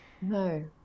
No